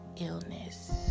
illness